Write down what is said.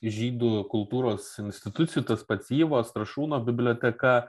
žydų kultūros institucijų tas pats yvo strašūno biblioteka